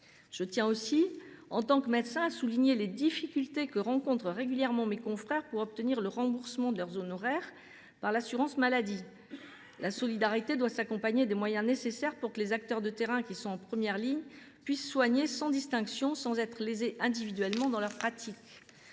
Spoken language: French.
Je tiens aussi, en tant que médecin, à souligner les difficultés que rencontrent régulièrement mes confrères pour obtenir le remboursement de leurs honoraires par l’assurance maladie. La solidarité doit s’accompagner des moyens nécessaires pour que les acteurs de terrain, qui sont en première ligne, puissent soigner sans distinction, sans être lésés individuellement dans leur pratique.